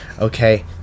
Okay